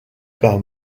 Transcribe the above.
par